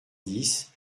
dix